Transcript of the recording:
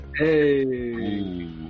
Hey